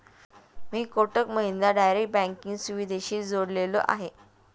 मी Kotak Mahindra direct banking सुविधेशी जोडलेलो आहे?